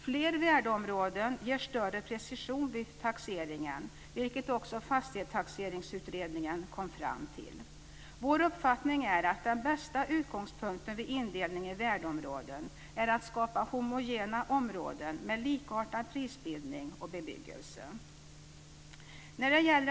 Fler värdeområden ger större precision vid taxeringen vilket också Fastighetstaxeringsutredningen kom fram till. Vår uppfattning är att den bästa utgångspunkten vid indelning i värdeområden är att skapa homogena områden med likartad prisbildning och bebyggelse.